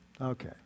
Okay